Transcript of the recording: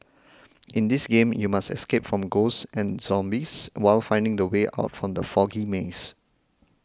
in this game you must escape from ghosts and zombies while finding the way out from the foggy maze